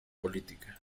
política